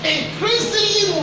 Increasingly